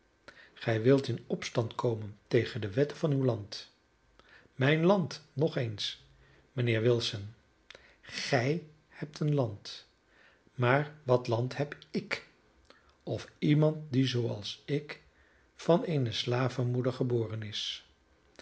gij wilt in opstand komen tegen de wetten van uw land mijn land nog eens mijnheer wilson gij hebt een land maar wat land heb ik of iemand die zooals ik van eene slavenmoeder geboren is